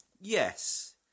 Yes